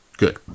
good